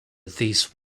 these